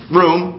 room